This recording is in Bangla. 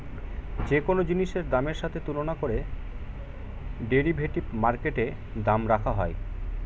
যে কোন জিনিসের দামের সাথে তুলনা করে ডেরিভেটিভ মার্কেটে দাম রাখা হয়